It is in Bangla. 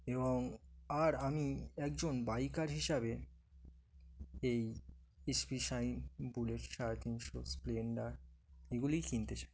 এবং আর আমি একজন বাইকার হিসাবে এই এস পি শাইন বুলেট সাড়ে তিনশো স্প্লেন্ডার এগুলিই কিনতে চাই